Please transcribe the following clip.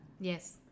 yes